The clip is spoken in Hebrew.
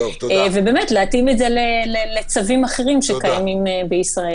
ובאמת להתאים את זה לצווים אחרים שקיימים בישראל.